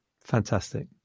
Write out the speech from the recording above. fantastic